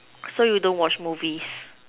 so you don't watch movies